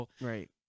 Right